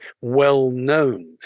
well-known